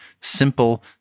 simple